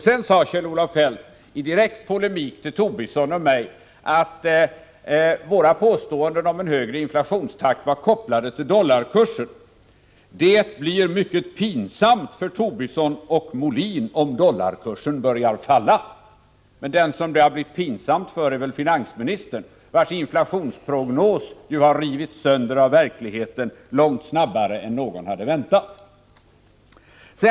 Sedan sade Kjell-Olof Feldt i direkt polemik till Lars Tobisson och mig att våra påståenden om en högre inflationstakt var kopplade till dollarkursen och att det skulle bli mycket pinsamt för Tobisson och Molin om dollarkursen börjar falla. Men den som det har blivit pinsamt för är väl finansministern, vars inflationsprognos nu har rivits sönder av verkligheten långt snabbare än någon hade väntat.